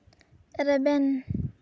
ᱨᱮᱵᱮᱱ